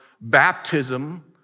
baptism